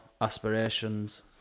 aspirations